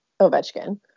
ovechkin